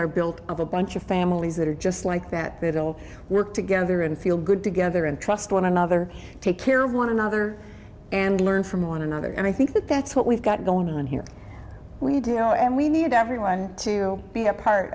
are built of a bunch of families that are just like that little work together and feel good together and trust one another take care of one another and learn from one another and i think that that's what we've got going on here we do know and we need everyone to be a part